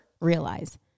realize